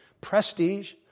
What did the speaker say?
prestige